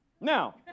Now